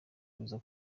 kuza